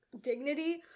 dignity